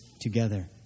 together